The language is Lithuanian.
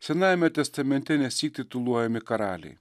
senajame testamente nesyk tituluojami karaliai